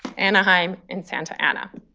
anaheim, and santa ana.